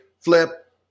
Flip